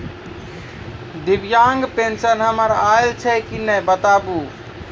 दिव्यांग पेंशन हमर आयल छै कि नैय बताबू?